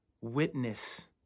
witness